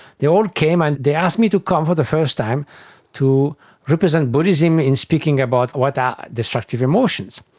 they all came, and they asked me to come for the first time to represent buddhism in speaking about what are destructive emotions.